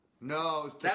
No